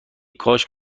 کاش